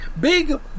big